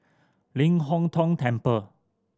Ling Hong Tong Temple